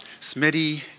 Smitty